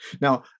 Now